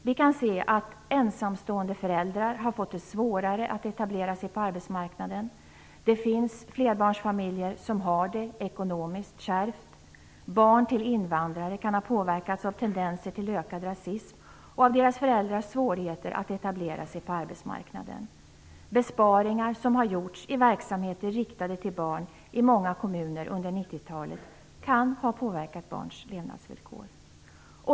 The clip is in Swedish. Vi kan se att ensamstående föräldrar har fått svårare att etablera sig på arbetsmarknaden. Det finns flerbarnsfamiljer som har det ekonomiskt kärvt. Barn till invandrare kan ha påverkats av tendenser till ökad rasism och av deras föräldrars svårigheter att etablera sig på arbetsmarknaden. Besparingar som har gjorts i verksamheter riktade till barn i många kommuner under 90-talet kan ha påverkat barns levnadsvillkor.